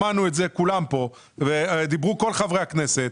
שמענו את זה כולם פה, ודיברו כל חברי הכנסת.